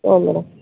ಹ್ಞೂ ಮೇಡಮ್